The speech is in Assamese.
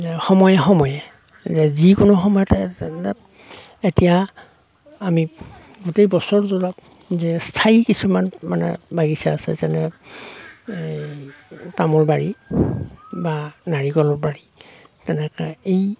সময়ে সময়ে যি কোনো সময়তে এতিয়া আমি গোটেই বছৰটো ধৰক যে স্থায়ী কিছুমান মানে বাগিচা আছে যেনে এই তামোলবাৰী বা নাৰিকলবাৰী তেনেকে এই